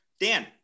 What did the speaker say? Dan